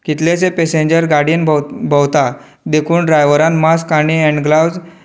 कितलेशे पॅशेंजर गाडयेन भोव भोंवतात देखून ड्रायवरान मास्क आनी हॅण्ड ग्लावज